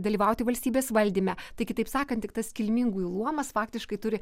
dalyvauti valstybės valdyme tai kitaip sakant tik tas kilmingųjų luomas faktiškai turi